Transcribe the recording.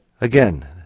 Again